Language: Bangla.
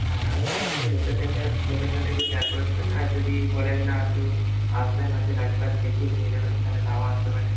হ্যাঁ আমি আপনি যে লোকেশনটা লোকেশনটা একটু শেয়ার করে দেবেন আর যদি বলেন না আপনি আসবেন আপনি গাছ ফাছ দেখে নিয়ে যাবেন তাহলে তাও আসতে পারেন